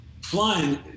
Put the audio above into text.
flying